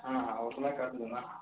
हाँ हाँ वह तो मैं कर लूँगा